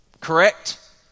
Correct